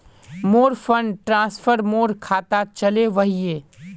मोर fund transfer मोर खातात चले वहिये